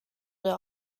der